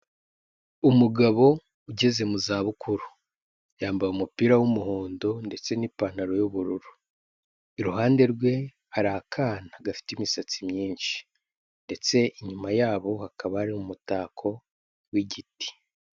Umugabo ugeze mu zabukuru. Yambaye umupira w'umuhondo ndetse n'ipantaro y'ubururu. Iruhande rwe, hari akana gafite imisatsi myinshi ndetse inyuma yabo, hakaba hari umutako w'igiti.